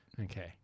Okay